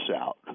out